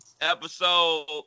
Episode